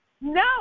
no